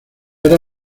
era